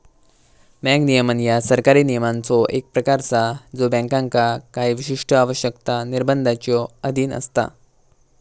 bank नियमन ह्या सरकारी नियमांचो एक प्रकार असा ज्यो बँकांका काही विशिष्ट आवश्यकता, निर्बंधांच्यो अधीन असता